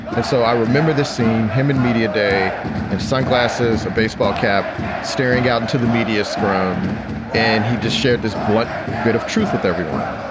and so i remember this seeing him in media day in sunglasses, a baseball cap staring out into the media scrum and he just shared this blunt bit of truth with everyone.